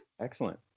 Excellent